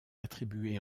attribué